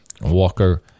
Walker